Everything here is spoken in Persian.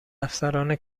افسران